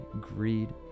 greed